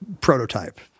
prototype